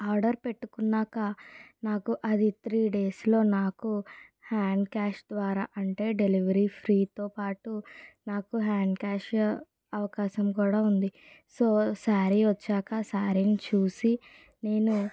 order పెట్టుకున్నాక నాకు అది త్రీ డేస్ లో నాకు హ్యాండ్ క్యాష్ ద్వారా అంటే డెలివరీ ఫ్రీ తో పాటు నాకు హ్యాండ్ క్యాష్ అవకాశం కూడా ఉంది సో శారీ వచ్చాక శారీ ని చూసి నేను